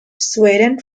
sweden